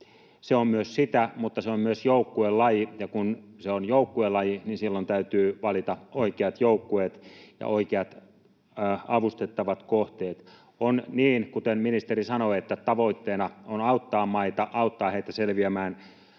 Se on myös sitä, mutta se on myös joukkuelaji. Ja kun se on joukkuelaji, niin silloin täytyy valita oikeat joukkueet ja oikeat avustettavat kohteet. On niin, kuten ministeri sanoi, että tavoitteena on auttaa maita, auttaa heitä selviämään